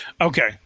Okay